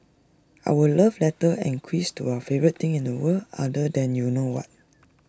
our love letter and quiz to our favourite thing in the world other than you know what